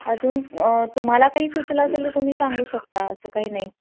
अजून तुम्हाला काही सुचलं असेल तर तुम्ही सांगू शकता असं काही नाही